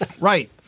Right